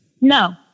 No